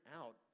out